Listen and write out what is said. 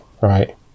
Right